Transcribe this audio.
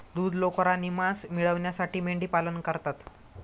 दूध, लोकर आणि मांस मिळविण्यासाठी मेंढीपालन करतात